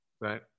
Right